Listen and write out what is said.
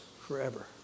forever